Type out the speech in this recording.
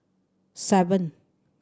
seven